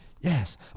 yes